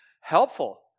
helpful